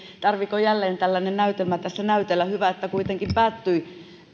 tarvitseeko jälleen tällainen näytelmä tässä näytellä hyvä että kuitenkin päättyi hyvin